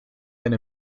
been